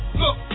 look